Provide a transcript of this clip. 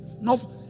No